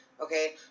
Okay